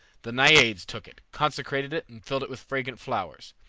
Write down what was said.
the naiades took it, consecrated it, and filled it with fragrant flowers.